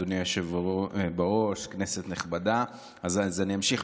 אדוני היושב בראש, כנסת נכבדה, אני אמשיך.